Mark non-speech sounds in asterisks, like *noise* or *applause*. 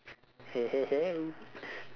hey hey hey *breath*